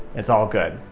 it's all good.